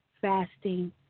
fasting